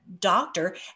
doctor